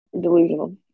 delusional